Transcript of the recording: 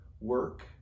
work